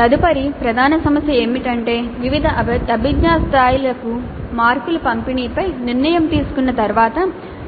తదుపరి ప్రధాన సమస్య ఏమిటంటే వివిధ అభిజ్ఞా స్థాయిలకు మార్కుల పంపిణీపై నిర్ణయం తీసుకున్న తరువాత